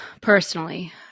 Personally